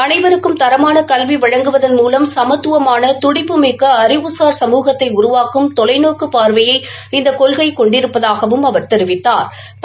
அனைவருக்கும் தரமான கல்வி வழங்குவதன் மூலம் சமத்துவமான துடிப்புமிக்க அறிவுசார் சமூகத்தை உருவாக்கும் தொலைநோக்கு பார்வையை இந்த கௌர்கை கெணாடிருப்பதாகவும் அவா் தெரிவித்தாா்